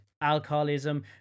alcoholism